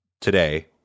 today